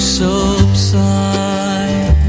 subside